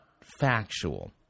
factual